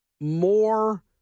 more